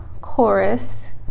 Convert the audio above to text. chorus